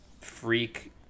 freak